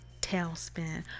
tailspin